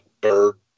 bird